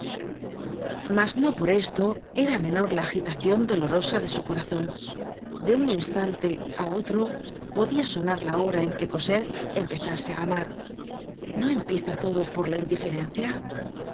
mas no por esto era menor la agitacion dolorosa de su corazon de un instante á otro podia sonar la hora en que cosette empezase á amar no empieza todo por la indiferencia